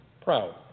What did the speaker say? proud